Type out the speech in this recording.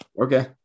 Okay